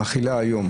מכילה היום